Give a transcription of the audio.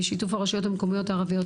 בשיתוף הרשויות המקומיות הערביות,